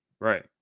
Right